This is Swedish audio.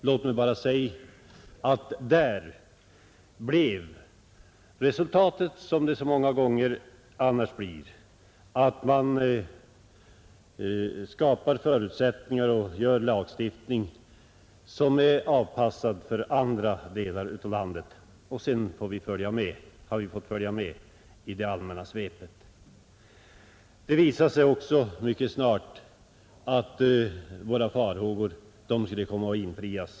Låt mig bara säga att resultatet har blivit, som det så många gånger annars blir, att man skapar förutsättningar och gör en lagstiftning som är avpassade för andra delar av landet, och sedan har vi fått följa med i det allmänna svepet. Det visade sig också mycket snart att våra farhågor skulle komma att infrias.